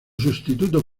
sustituto